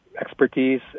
Expertise